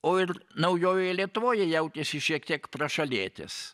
o ir naujojoje lietuvoje jautėsi šiek tiek prašalietis